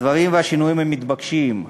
הדברים והשינויים מתבקשים.